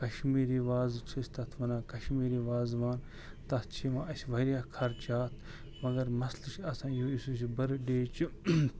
کشمیٖری وازٕ چھِ أسۍ تتھ ونان کشمیٖری وازوان تتھ چھِ یِوان اسہِ واریاہ خرچاتھ مگر مسلہٕ چھُ آسان یہ یُس یہ برٕڈے چھُ